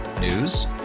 News